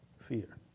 Fear